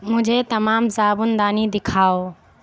مجھے تمام صابن دانی دکھاؤ